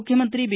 ಮುಖ್ಯಮಂತ್ರಿ ಬಿ